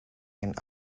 and